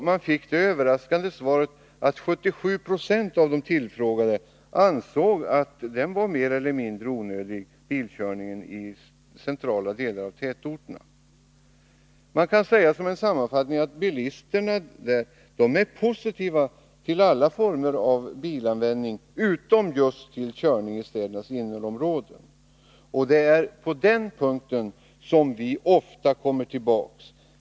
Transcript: Man fick det något överraskande svaret från 77 20 av de tillfrågade att de ansåg att bilkörning i centrala delar av tätorterna var mer eller mindre onödig. Som en sammanfattning kan sägas att bilisterna var positiva till alla former av bilanvändning utom just till körning i städernas inre områden. Och det är den punkten vi ofta kommer tillbaka till.